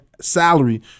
salary